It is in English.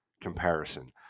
comparison